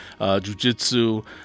jujitsu